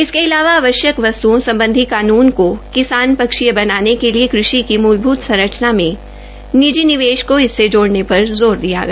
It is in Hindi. इसके अलावा आवश्यक वस्तुओं संबंधी कानून को किसान पक्षीय बनाने के लिए कृषि की मूलभूत संरचना में निजी निवेश को इससे जोड़ने पर जोर दिया गया